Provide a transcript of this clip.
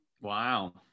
Wow